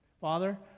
father